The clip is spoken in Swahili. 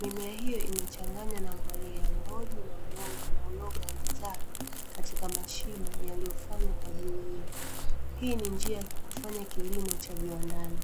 Mimea hiyo imechanganywa na mbolea, mboji na udongo. Na uyoga unazaa katika mashimo yaliyofanywa kwa ajili hiyo. Hii ni njia ya kufanya kilimo cha viwandani.